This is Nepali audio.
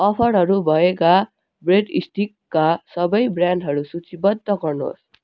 अफरहरू भएका ब्रेड स्टिकका सबै ब्रान्डहरू सूचीबद्ध गर्नुहोस्